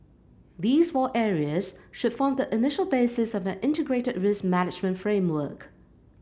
these four areas should form the initial basis of an integrated risk management framework